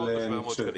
אבל -- 600 או 700 ₪.